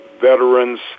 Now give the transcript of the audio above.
veterans